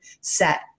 set